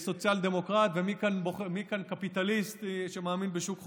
לסוציאל-דמוקרטיה ומי כאן קפיטליסט שמאמין בשוק חופשי.